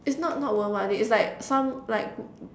it's not not won't want it it's like some like